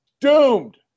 Doomed